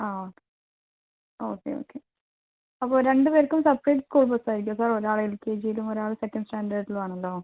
ആ okay okay അപ്പം രണ്ട് പേർക്കും സെപ്പറേറ്റ് സ്കൂൾ ബസ് ആയിരിക്കുമോ സർ ഒരാൾ എൽ കെ ജിയിലും ഒരാൾ സെക്കൻഡ് സ്റ്റാൻഡേർഡിലും ആണല്ലോ